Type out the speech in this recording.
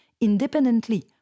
independently